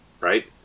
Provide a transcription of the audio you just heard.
right